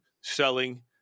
selling